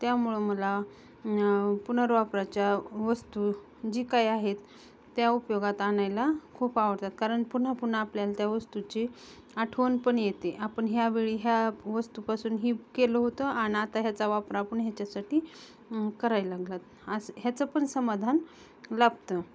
त्यामुळं मला पुनर्वापराच्या वस्तू जी काय आहेत त्या उपयोगात आणायला खूप आवडतात कारण पुन्हा पुन्हा आपल्याला त्या वस्तूची आठवण पण येते आपण ह्यावेळी ह्या वस्तूपासून ही केलं होतं आणि आता ह्याचा वापरा आपण ह्याच्यासाठी करायला लागला असं ह्याचं पण समाधान लाभतं